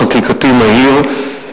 חקיקתי מהיר,